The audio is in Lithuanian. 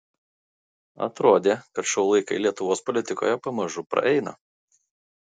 atrodė kad šou laikai lietuvos politikoje pamažu praeina